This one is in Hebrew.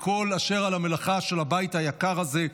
לכל אשר על המלאכה של הבית היקר הזה,